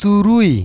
ᱛᱩᱨᱩᱭ